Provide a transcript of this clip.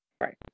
Right